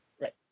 Right